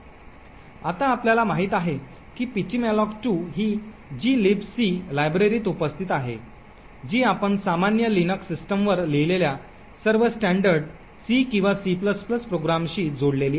आता आपल्याला माहित आहे की ptmalloc2 हि gilibc लायब्ररीत उपस्थित आहे जी आपण सामान्य लिनक्स सिस्टमवर लिहिलेल्या सर्व स्टॅंडर्ड C किंवा C प्रोग्राम्सशी जोडलेली आहे